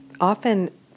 often